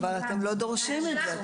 אבל אתם לא דורשים את זה,